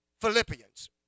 Philippians